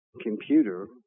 computer